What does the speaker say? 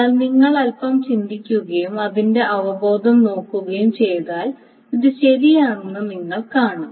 എന്നാൽ നിങ്ങൾ അൽപ്പം ചിന്തിക്കുകയും അതിന്റെ അവബോധം നോക്കുകയും ചെയ്താൽ ഇത് ശരിയാണെന്ന് നിങ്ങൾ കാണും